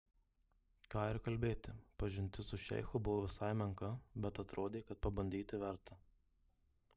ką ir kalbėti pažintis su šeichu buvo visai menka bet atrodė kad pabandyti verta